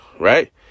Right